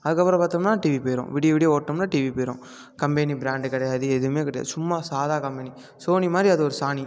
அதுக்கப்புறம் பாத்தோமுன்னா டிவி போயிடும் விடிய விடிய ஓட்டினமுன்னா டிவி போயிடும் கம்பெனி ப்ராண்டு கிடையாது எதுவும் கிடையாது சும்மா சாதா கம்பெனி சோனி மாதிரி அது ஒரு சாணி